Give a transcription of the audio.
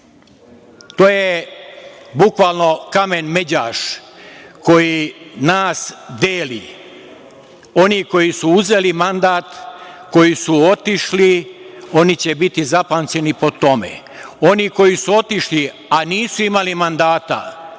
to je bukvalno kamen međaš koji nas deli. Oni koji su uzeli mandat, koji su otišli, oni će biti zapamćeni po tome. Oni koji su otišli, a nisu imali mandata,